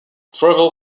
travel